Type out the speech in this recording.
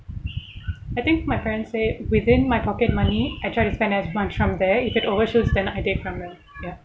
I think my friend say within my pocket money I try to spend as much from there if it overshoots then I take from there ya